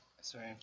Sorry